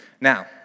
Now